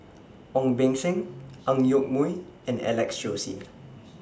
Ong Beng Seng Ang Yoke Mooi and Alex Josey